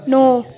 नौ